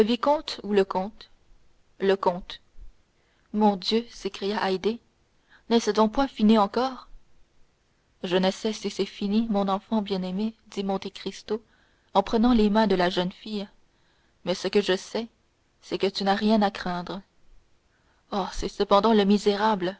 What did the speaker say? ou le comte le comte mon dieu s'écria haydée n'est-ce donc point fini encore je ne sais si c'est fini mon enfant bien-aimée dit monte cristo en prenant les mains de la jeune fille mais ce que je sais c'est que tu n'as rien à craindre oh c'est cependant le misérable